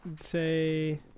say